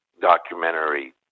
documentary